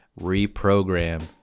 reprogram